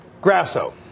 Grasso